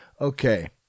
Okay